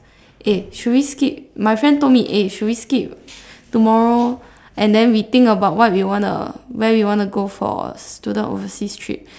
eh should we skip my friend told me eh should we skip tomorrow and then we think about what we wanna where we wanna go for student overseas trip